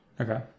Okay